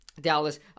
Dallas